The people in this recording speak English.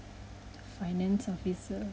finance officer